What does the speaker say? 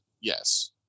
Yes